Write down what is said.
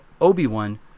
Obi-Wan